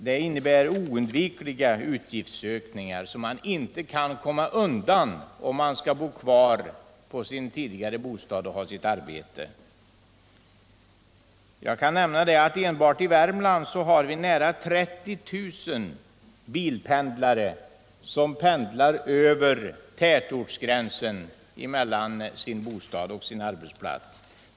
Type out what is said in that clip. Den innebär oundvikliga utgiftsökningar, som man inte kan komma undan om man skall bo kvar i sin tidigare bostad och ha kvar sitt arbete. Enbart i Värmland har vi nära 30000 personer som pendlar över tätortsgränserna när de färdas mellan sin bostad och sin arbetsplats.